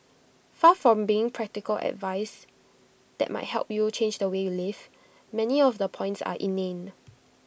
far from being practical advice that might help you change the way you live many of the points are inane